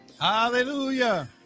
Hallelujah